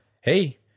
hey